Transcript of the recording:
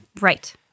Right